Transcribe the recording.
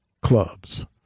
clubs